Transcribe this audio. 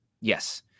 yes